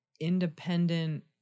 independent